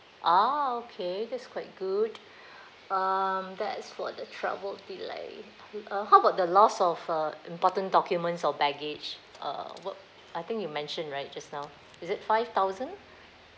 oh okay that's quite good um that's for the travel delay uh how about the loss of uh important documents or baggage uh what I think you mention right just now is it five thousand